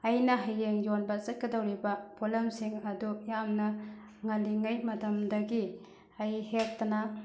ꯑꯩꯅ ꯍꯌꯦꯡ ꯌꯣꯟꯕ ꯆꯠꯀꯗꯧꯔꯤꯕ ꯄꯣꯠꯂꯝꯁꯤꯡ ꯑꯗꯨ ꯌꯥꯝꯅ ꯉꯜꯂꯤꯉꯩ ꯃꯇꯝꯗꯒꯤ ꯑꯩ ꯍꯦꯛꯇꯅ